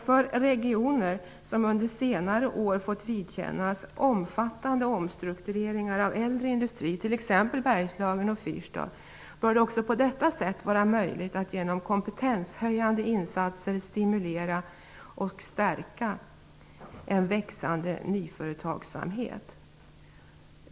För regioner som under senare år fått vidkännas omfattande omstruktureringar av äldre industri, t.ex. Bergslagen och Fyrstad, bör det också på detta sätt vara möjligt att genom kompetenshöjande insatser stimulera och stärka en växande nyföretagsamhet.